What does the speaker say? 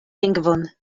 lingvon